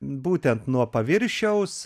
būtent nuo paviršiaus